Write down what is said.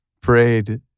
prayed